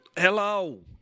Hello